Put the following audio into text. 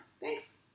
Thanks